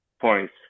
points